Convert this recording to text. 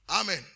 Amen